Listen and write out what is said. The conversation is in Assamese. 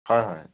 হয় হয়